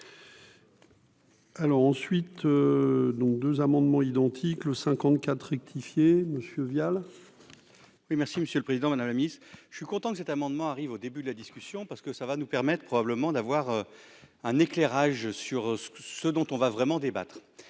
Alors ensuite donc, 2 amendements identiques le 54 rectifié Monsieur Vial. La coalition. Oui merci monsieur le président, madame la miss, je suis content que cet amendement arrive au début de la discussion parce que ça va nous permettre probablement d'avoir un éclairage sur ce ce dont on va vraiment débattre